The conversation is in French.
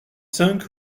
cinq